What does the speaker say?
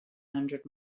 hundred